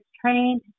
trained